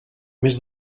més